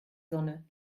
sonne